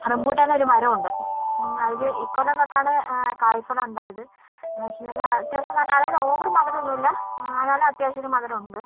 rambutan ഒരു മരം ഉണ്ട് അതില് ഇക്കൊല്ലം തൊട്ടാണ് കായ് ഫലം ഉണ്ടായത് എന്നു വച്ചിട്ടുണ്ടെങ്കിൽ അത്യാവശ്യം നല്ല അതായത് ഓവര് മധുരം ഒന്നുമില്ല എന്നാല് അത്യാവശ്യത്തിനു മധുരം ഉണ്ട്